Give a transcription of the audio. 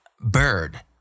bird